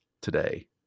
today